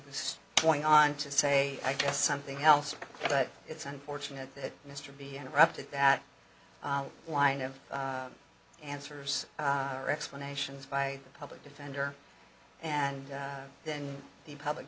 was going on to say i guess something else but it's unfortunate that mr b interrupted that line of answers explanations by the public defender and then the public